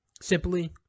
Simply